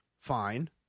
fine